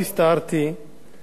ואני רוצה